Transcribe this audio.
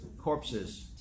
corpses